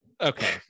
Okay